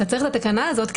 אתה צריך את התקנה הזאת,